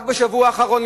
רק בשבוע האחרון,